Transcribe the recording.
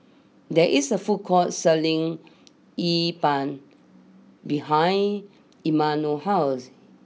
there is a food court selling Yi Ban behind Imanol's house